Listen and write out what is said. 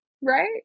right